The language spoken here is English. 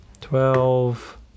Twelve